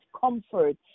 comfort